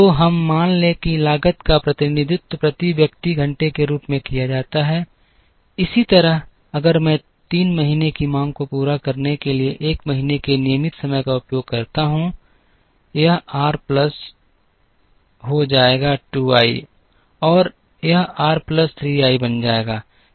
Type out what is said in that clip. तो हमें मान लें कि लागत का प्रतिनिधित्व प्रति व्यक्ति घंटे के रूप में किया जाता है इसी तरह अगर मैं 3 महीने की मांग को पूरा करने के लिए 1 महीने के नियमित समय का उपयोग करता हूं यह आर प्लस हो जाएगा 2 i और यह r प्लस 3 i बन जाएगा